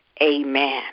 amen